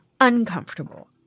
uncomfortable